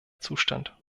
zustand